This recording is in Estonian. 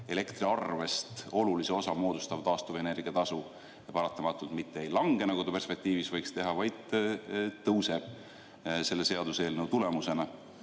elektriarvest olulise osa moodustav taastuvenergia tasu paratamatult mitte ei lange, nagu ta perspektiivis võiks teha, vaid selle seaduseelnõu tulemusena